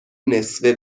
نصفه